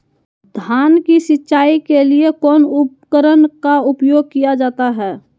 धान की सिंचाई के लिए कौन उपकरण का उपयोग किया जाता है?